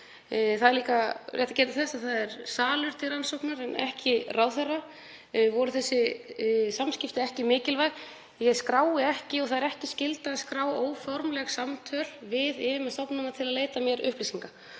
Það er líka rétt að geta þess að það er salur sem er til rannsóknar en ekki ráðherra. Voru þessi samskipti ekki mikilvæg? Ég skrái ekki og það er ekki skylda að skrá óformleg samtöl við yfirmenn stofnana til að leita mér upplýsinga.